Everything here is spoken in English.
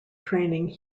training